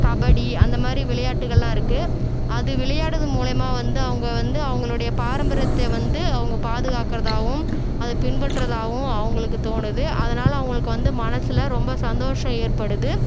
கபடி அந்த மாதிரி விளையாட்டுகளெலாம் இருக்குது அது விளையாடுகிறது மூலிமா வந்து அவங்க வந்து அவங்களுடைய பாரம்பரியத்தை வந்து அவங்க பாதுகாக்குறதாகவும் அதை பின்பற்றதாகவும் அவங்களுக்கு தோணுது அதனால் அவங்களுக்கு வந்து மனசில் ரொம்ப சந்தோஷம் ஏற்படுது